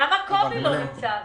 למה קובי לא נמצא פה?